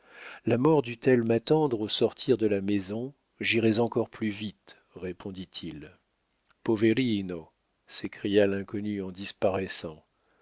la mort dût-elle m'attendre au sortir de la maison j'irais encore plus vite répondit-il poverino s'écria l'inconnu en disparaissant